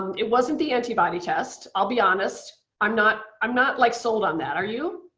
it wasn't the antibody test. i'll be honest, i'm not i'm not like sold on that. are you?